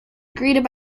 greeted